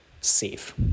safe